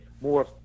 more